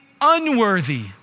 unworthy